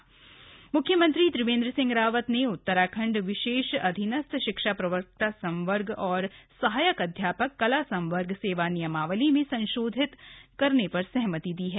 CM संशोधन सहमति मुख्यमंत्री त्रिवेंद्र सिंह रावत ने उत्तराखंड विशेष अधीनस्थ शिक्षा प्रवक्ता संवर्ग और सहायक अध्या क कला संवर्ग सेवा नियमावली में संशोधित करने र सहमति दे दी है